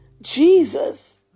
Jesus